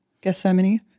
Gethsemane